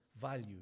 value